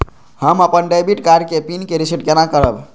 हम अपन debit card के पिन के रीसेट केना करब?